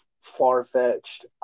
far-fetched